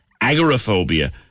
Agoraphobia